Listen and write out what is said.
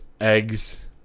eggs